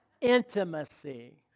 intimacy